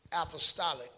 apostolic